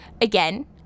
again